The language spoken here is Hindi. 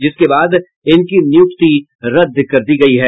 जिसके बाद इनकी नियुक्ति रद्द कर दी गयी है